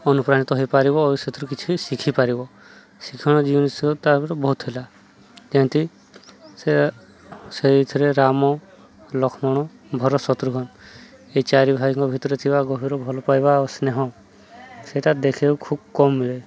ଅନୁପ୍ରାଣିତ ହେଇପାରିବ ଆଉ ସେଥିରୁ କିଛି ଶିଖିପାରିବ ଶିକ୍ଷଣୀୟ ଜିନିଷ ତା'ପରେ ବହୁତ ଥିଲା ଯେନ୍ତି ସେ ସେଇଥିରେ ରାମ ଲକ୍ଷ୍ମଣ ଭରତ ଶତ୍ରୁଘ୍ନ ଏଇ ଚାରି ଭାଇଙ୍କ ଭିତରେ ଥିବା ଗଭୀର ଭଲ ପାଇବା ଆଉ ସ୍ନେହ ସେଇଟା ଦେଖିବାକୁ ଖୁବ୍ କମ୍ ମିଳେ